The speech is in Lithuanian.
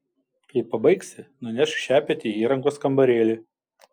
kai pabaigsi nunešk šepetį į įrangos kambarėlį